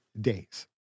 days